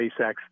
SpaceX